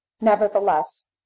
Nevertheless